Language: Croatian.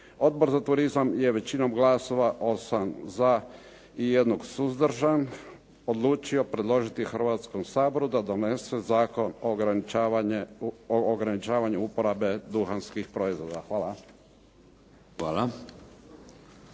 Odbor za turizam je većinom glasova 8 za i jednog suzdržan, odlučio predložiti Hrvatskom saboru da donese Zakon o ograničavanju uporabe duhanskih proizvoda. Hvala.